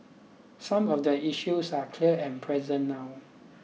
some of the issues are clear and present now